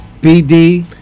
BD